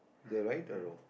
the right or wrong